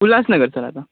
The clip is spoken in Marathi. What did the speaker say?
उल्हासनगर सर आता